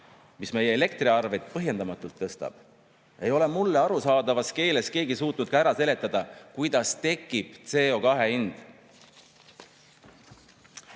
mis meie elektriarveid põhjendamatult tõstab. Ei ole mulle arusaadavas keeles keegi suutnud ka ära seletada, kuidas tekib CO2hind.